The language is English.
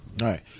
right